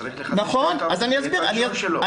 צריך לחדש את הרישיון שלו.